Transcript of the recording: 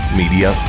media